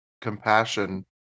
compassion